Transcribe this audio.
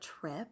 trip